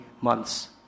months